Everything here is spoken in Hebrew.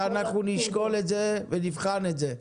ואנחנו נשקול את זה ונבחן את זה.